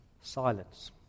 silence